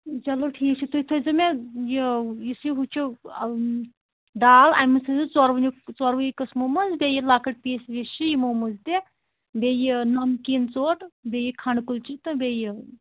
چلو ٹھیٖک چھُ تُہۍ تھٲیزیو مےٚ یہِ یُس یہِ ہُہ چھُ دال اَمہِ منٛز تھٲیزیو ژورؤنی ژوروٕے قٕسمو منٛز بیٚیہِ یہِ لۄکٕٹ پیٖس ویٖس چھِ یِمو منٛز تہِ بیٚیہِ یہِ نمکیٖن ژوٚٹ بیٚیہِ یہِ کھنٛڈٕ کُلچہِ تہٕ بیٚیہِ یہِ